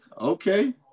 okay